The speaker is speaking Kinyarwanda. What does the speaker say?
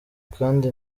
kandi